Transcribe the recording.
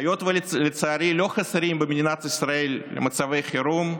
היות שלצערי לא חסרים במדינת ישראל מצבי חירום,